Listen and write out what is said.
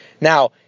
Now